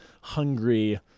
hungry